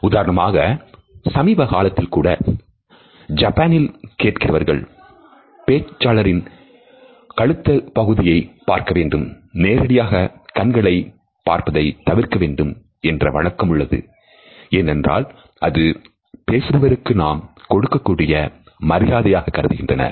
உதாரணமாக சமீப காலத்தில் கூட ஜப்பானில் கேட்கிறவர்கள் பேச்சாளரின் கழுத்துப் பகுதியை பார்க்க வேண்டும் நேரடியாக கண்களை பார்ப்பதை தவிர்க்க வேண்டும் என்ற வழக்கம் உள்ளது ஏனென்றால் அது பேசுபவர்க்கு நாம் கொடுக்கக்கூடிய மரியாதையாக கருதுகின்றனர்